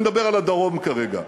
אני מדבר על הדרום כרגע.